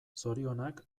zorionak